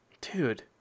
Dude